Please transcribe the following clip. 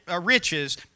riches